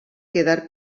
quedar